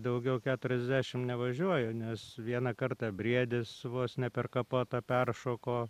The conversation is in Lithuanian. daugiau keturiasdešim nevažiuoju nes vieną kartą briedis vos ne per kapotą peršoko